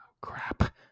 Crap